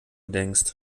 denkst